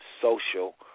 social